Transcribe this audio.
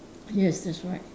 yes that's right